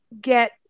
get